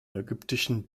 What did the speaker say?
ägyptischen